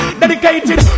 dedicated